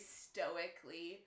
stoically